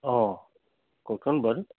অঁ কওকচোন বাইদেউ